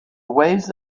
waves